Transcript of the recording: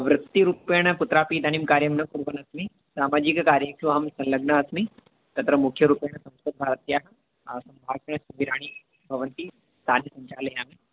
वृत्तिरूपेण कुत्रापि इदानीं कार्यं न कुर्वन्नस्मि सामाजिककार्येषु अहं सल्लग्नः अस्मि तत्र मुख्यरूपेण संस्कृतभारत्याः सम्भाषणशिबिराणि भवन्ति तानि सञ्चालयामि